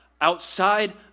outside